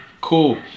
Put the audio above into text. cool